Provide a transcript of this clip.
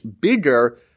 bigger